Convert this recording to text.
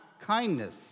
kindness